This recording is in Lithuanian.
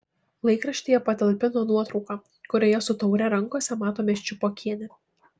laikraštyje patalpino nuotrauką kurioje su taure rankose matome ščiupokienę